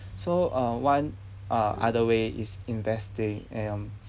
so uh one uh other way is investing um